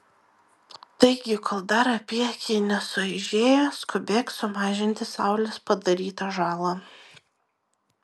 taigi kol dar apyakiai nesueižėjo skubėk sumažinti saulės padarytą žalą